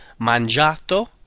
Mangiato